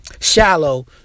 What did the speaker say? Shallow